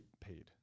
paid